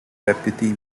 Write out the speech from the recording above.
deputy